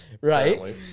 Right